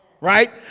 right